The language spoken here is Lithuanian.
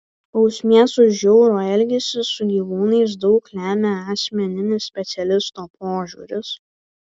bausmės už žiaurų elgesį su gyvūnais daug lemia asmeninis specialisto požiūris